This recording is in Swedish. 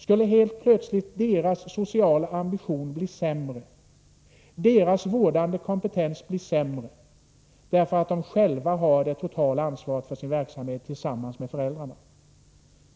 Skulle dessa förskollärares sociala ambitioner och vårdande kompetens bli sämre därför att de själva tillsammans med föräldrarna har det totala ansvaret för verksamheten?